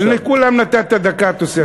לכולם נתת דקה תוספת.